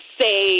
say